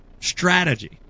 strategy